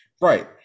Right